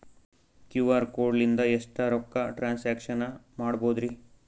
QR code ಲಿಂದ ಎಷ್ಟ ರೊಕ್ಕ ಟ್ರಾನ್ಸ್ಯಾಕ್ಷನ ಮಾಡ್ಬೋದ್ರಿ?